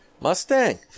Mustang